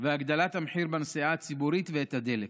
והעליתם את המחיר בנסיעה הציבורית ואת הדלק.